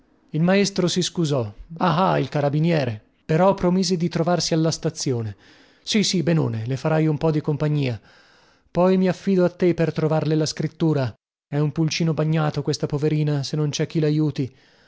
il maestro si scusò ah ah il carabiniere però promise di trovarsi alla stazione sì sì benone le farai un po di compagnia poi mi affido a te per trovarle la scrittura è un pulcino bagnato questa poverina se non cè chi laiuti